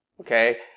okay